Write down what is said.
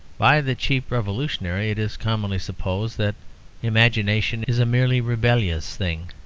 by the cheap revolutionary it is commonly supposed that imagination is a merely rebellious thing,